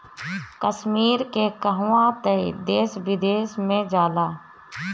कश्मीर के कहवा तअ देश विदेश में जाला